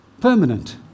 Permanent